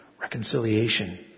reconciliation